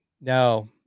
No